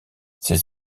ces